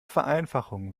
vereinfachungen